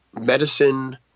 medicine